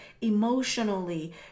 emotionally